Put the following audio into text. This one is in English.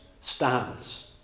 stands